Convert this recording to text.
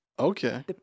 Okay